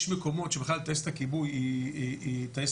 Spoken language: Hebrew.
יש מקומות שבכלל טייסת הכיבוי היא שכורה,